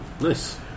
Nice